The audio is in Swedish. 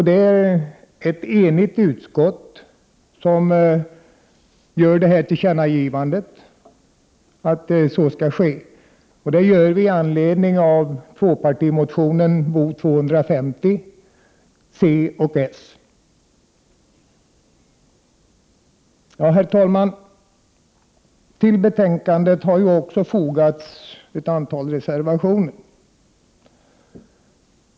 Det är ett enigt utskott som gör detta tillkännagivande med anledning av tvåpartimotionen Bo250, som väckts av socialdemokrater och centerledamöter. Herr talman! Till betänkandet har också fogats ett antal reservationer.